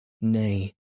Nay